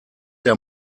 der